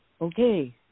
Okay